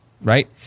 right